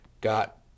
got